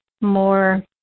more